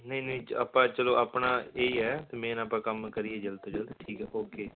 ਨਹੀਂ ਨਹੀਂ ਆਪਾਂ ਚਲੋ ਆਪਣਾ ਇਹੀ ਹੈ ਮੇਨ ਆਪਾਂ ਕੰਮ ਕਰੀਏ ਜਲਦ ਤੋਂ ਜਲਦ ਠੀਕ ਹੈ ਓਕੇ